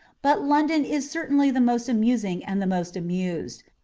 but london is certainly the most amusing and the most amused.